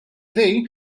dei